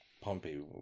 Pompey